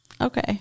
Okay